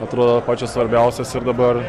atrodo pačios svarbiausios ir dabar